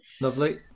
Lovely